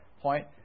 point